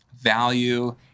value